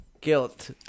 Guilt